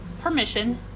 permission